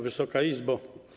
Wysoka Izbo!